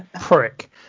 prick